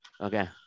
Okay